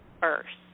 first